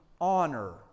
honor